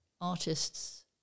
artists